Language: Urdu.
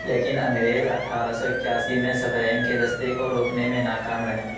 لیکن انگریز اٹھارہ سو اکیاسی میں سفرین کے دستے کو روکنے میں نا کام رہے